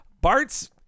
Bart's